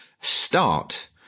start